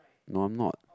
no I'm not